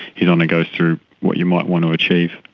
his honour goes through what you might want to achieve.